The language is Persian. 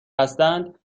هستند